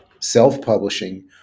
self-publishing